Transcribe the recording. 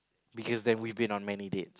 because then we've been on many date